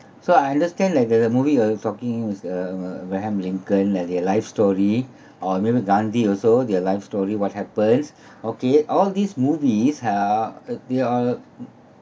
so I understand like the movie you are talking is err abraham lincoln and their life story or maybe gandhi also their life story what happens okay all these movies are uh they are